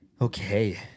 Okay